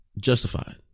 justified